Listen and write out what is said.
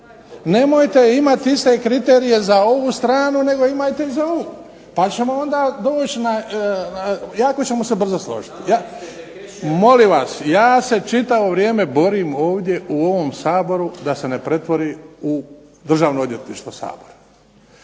Nemojte imati iste kriterije za ovu stranu, nego imajte i za ovu, pa ćemo onda doći, jako ćemo se brzo složiti. …/Upadica se ne razumije./… Molim vas ja se čitavo vrijeme borim ovdje u ovom Saboru da se ne pretvori u državno odvjetništvo Sabora,